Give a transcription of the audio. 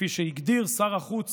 כפי שהגדיר שר החוץ